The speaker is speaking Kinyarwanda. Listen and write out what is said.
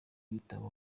ibitabo